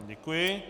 Děkuji.